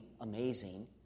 amazing